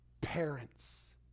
parents